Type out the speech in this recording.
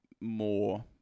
more